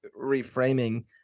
reframing